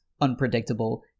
unpredictable